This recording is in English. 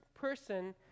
person